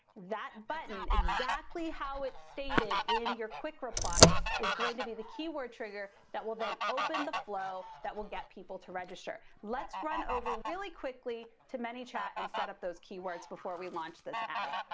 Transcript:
that button, exactly how it's stated in your quick reply, is going to be the keyword trigger that will then open the flow that will get people to register. let's run over really quickly to manychat and set up those keywords before we launch this ad.